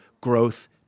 growth